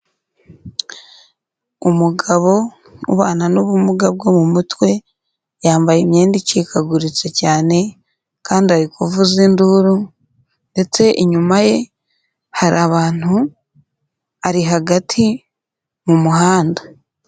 Umugabo ubana n'ubumuga bwo mu mutwe, yambaye imyenda icikaguritse cyane kandi ari kuvuza induru, ndetse inyuma ye hari abantu ari hagati mu muhanda.